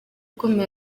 akomeye